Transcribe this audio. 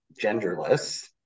genderless